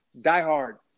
diehard